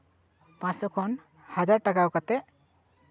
ᱯᱟᱸᱪᱥᱳ ᱠᱷᱚᱱ ᱦᱟᱡᱟᱨ ᱴᱟᱠᱟ ᱠᱟᱛᱮᱜ